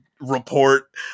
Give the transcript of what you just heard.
report